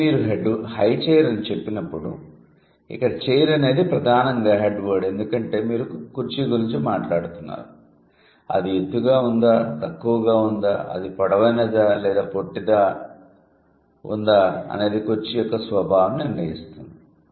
కాబట్టి మీరు high chair అని చెప్పినప్పుడు ఇక్కడ చెయిర్ అనేది ప్రధానంగా హెడ్ వర్డ్ ఎందుకంటే మీరు కుర్చీ గురించి మాట్లాడుతున్నారు అది ఎత్తుగా ఉందా తక్కువగా ఉందా అది పొడవైనదా లేదా పొట్టిగా ఉందా అనేది కుర్చీ యొక్క స్వభావాన్ని నిర్ణయిస్తుంది